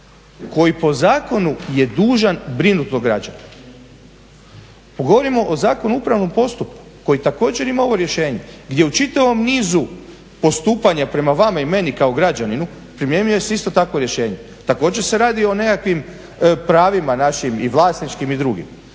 koji po zakonu je dužan brinuti o građaninu. Govorimo o Zakonu o upravnom postupku koji također ima ovo rješenje gdje u čitavom nizu postupanja prema vama i meni kao građaninu primjenjuje se isto takvo rješenje. Također se radi o nekakvim pravima, vlasničkim i drugim.